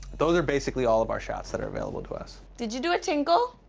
those are basically all of our shots that are available to us. did you do a tinkle?